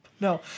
No